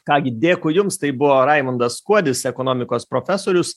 ką gi dėkui jums tai buvo raimundas kuodis ekonomikos profesorius